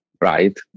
right